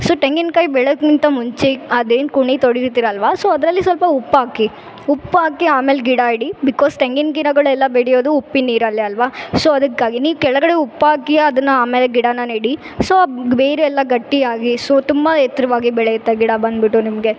so ತೆಂಗಿನ್ಕಾಯಿ ಬೆಳೆಯೋಕಿಂತ ಮುಂಚೆ ಅದೇನು ಕುಣಿ ತೊಡಗಿರ್ತೀರಲ್ವ ಸೊ ಅದರಲ್ಲಿ ಸ್ವಲ್ಪ ಉಪ್ಪಾಕಿ ಉಪ್ಪಾಕಿ ಆಮೇಲೆ ಗಿಡ ಇಡಿ ಬಿಕೊಸ್ ತೆಂಗಿನ ಗಿಡಗಳೆಲ್ಲ ಬೆಳೆಯೋದು ಉಪ್ಪಿನ ನೀರಲ್ಲೆ ಅಲ್ವ ಸೊ ಅದಕ್ಕಾಗಿ ನೀವು ಕೆಳಗಡೆ ಉಪ್ಪಾಕಿ ಅದನ್ನು ಆಮೇಲೆ ಗಿಡಾನ ನೆಡಿ ಸೊ ಬೇರೆಲ್ಲ ಗಟ್ಟಿಯಾಗಿ ಸೊ ತುಂಬ ಎತ್ತರವಾಗಿ ಬೆಳೆಯುತ್ತೆ ಗಿಡ ಬಂದುಬಿಟ್ಟು ನಿಮಗೆ